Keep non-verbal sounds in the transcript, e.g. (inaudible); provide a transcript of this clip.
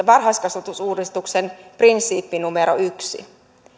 (unintelligible) varhaiskasvatusuudistuksen prinsiippi numero yksi